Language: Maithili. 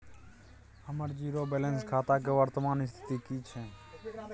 हमर जीरो बैलेंस खाता के वर्तमान स्थिति की छै?